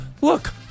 look